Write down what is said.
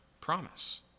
promise